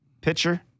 pitcher